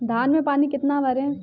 धान में पानी कितना भरें?